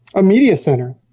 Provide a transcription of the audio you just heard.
ah media center